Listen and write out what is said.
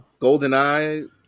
GoldenEye